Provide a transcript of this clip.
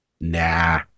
nah